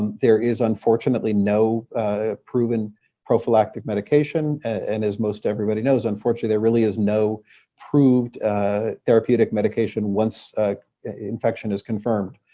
um there is, unfortunately, no proven prophylactic medication. and as most everybody knows, unfortunately, there really is no proved therapeutic medication once the infection is confirmed.